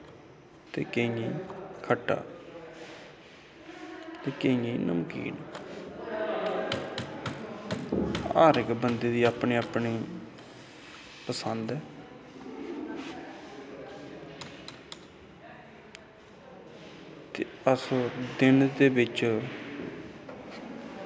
ते केइयें गी खट्टा ते केइयें गी नमकीन हर इक बंदे दी अपनी अपनी पसंद ऐ अस दिन दे बिच्च